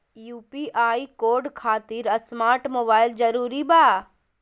UPI code खातिर smart mobile जरूरी बा?